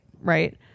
right